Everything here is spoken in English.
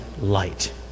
light